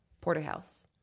porterhouse